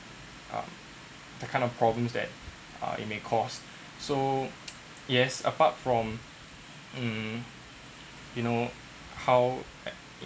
uh that kind of problems that uh it may cause so yes apart from hmm you know how